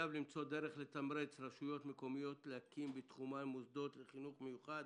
לתמרץ רשויות מקומיות להקים בתחומן מוסדות לחינוך מיוחד,